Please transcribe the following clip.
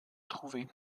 trouver